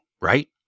right